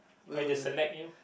why they select you